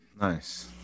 Nice